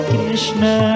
Krishna